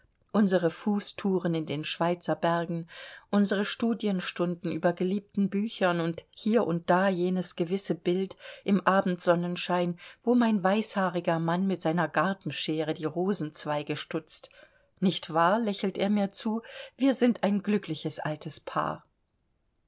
unsere fußtouren in den schweizer bergen unsere studienstunden über geliebten büchern und hier und da jenes gewisse bild im abendsonnenschein wo mein weißhaariger mann mit seiner gartenscheere die rosenzweige stutzt nicht wahr lächelt er mir zu wir sind ein glückliches altes paar